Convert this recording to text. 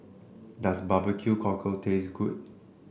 does barbeque cockle taste good